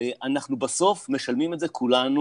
אנחנו בסוף משלמים את זה כולנו